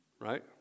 Right